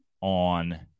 on